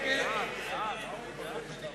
הודעת ועדת הפנים והגנת הסביבה על רצונה להחיל דין רציפות